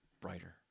brighter